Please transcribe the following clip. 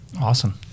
Awesome